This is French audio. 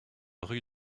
rue